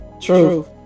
true